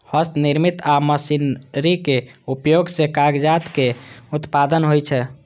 हस्तनिर्मित आ मशीनरीक उपयोग सं कागजक उत्पादन होइ छै